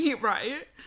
Right